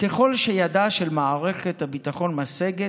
ככל שידה של מערכת הביטחון משגת,